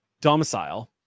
domicile